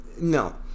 no